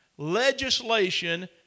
legislation